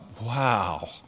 wow